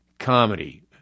comedy